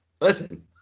Listen